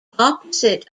opposite